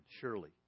surely